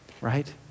Right